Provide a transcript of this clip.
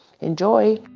Enjoy